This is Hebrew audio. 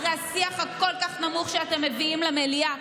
אחרי השיח הכל-כך נמוך שאתם מביאים למליאה,